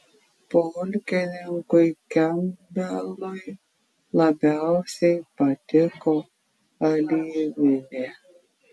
pulkininkui kempbelui labiausiai patiko alyvinė